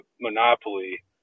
monopoly